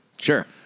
Sure